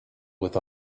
with